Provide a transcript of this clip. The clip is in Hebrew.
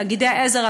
תאגידי העזר,